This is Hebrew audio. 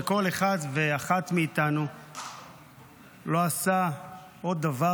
שכל אחד ואחת מאיתנו לא עשה עוד דבר